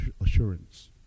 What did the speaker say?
assurance